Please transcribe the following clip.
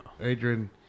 Adrian